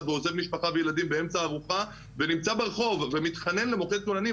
ועוזב משפחה וילדים באמצע הארוחה ונמצא ברחוב ומתחנן למוקד כוננים,